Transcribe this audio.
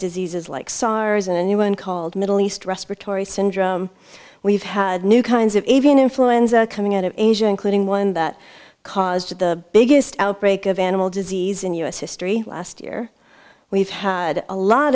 diseases like sars and a new one called middle east respiratory syndrome we've had new kinds of avian influenza coming out of asia including one that caused the biggest outbreak of animal disease in u s history last year we've had a lot